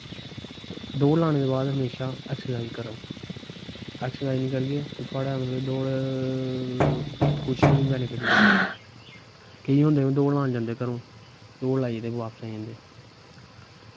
ते दौड़ लाने दे बाद म्हेशा एक्सरसाइज करो एक्सरसाइज निं करगे ते थोआड़े मतलब दौड़ कुछ निं बैनिफिट मिलना केईं होंदे दौड़ लान जंदे घरों दौड़ लाइयै ते बापस आई जंदे